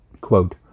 Quote